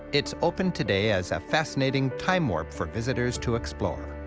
it's open today as a fascinating time warp for visitors to explore.